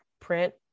print